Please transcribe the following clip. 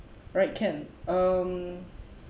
alright can um